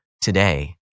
today